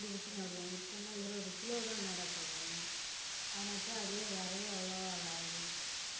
அப்படி விட்டு நடுவோம் இப்போனா இருபது கிலோ தான் நட சொல்லுறாங்க அதை நட்டால் அதையே விறையே எவ்வளோ இதாக ஆகுது